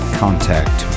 contact